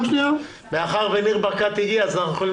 ניר ברקת הצטרף